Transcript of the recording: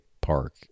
park